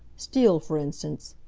steal, for instance.